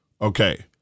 Okay